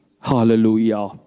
Hallelujah